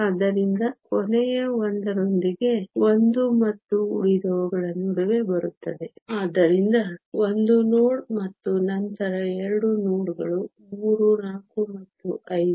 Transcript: ಆದ್ದರಿಂದ ಕೊನೆಯ 1 ರೊಂದಿಗೆ 1 ಮತ್ತು ಉಳಿದವುಗಳ ನಡುವೆ ಬರುತ್ತದೆ ಆದ್ದರಿಂದ 1 ನೋಡ್ ಮತ್ತು ನಂತರ 2 ನೋಡ್ ಗಳು 3 4 ಮತ್ತು 5